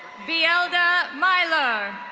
bielda milar.